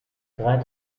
drei